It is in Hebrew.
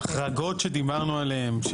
ההחרגה שדיברנו עליהן,